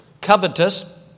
covetous